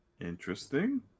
Interesting